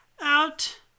out